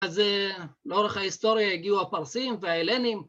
‫אז לאורך ההיסטוריה ‫הגיעו הפרסים וההלנים.